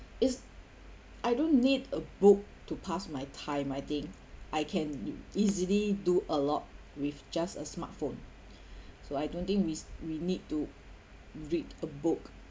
it's I don't need a book to pass my time I think I can easily do a lot with just a smartphone so I don't think s~ we need to read a book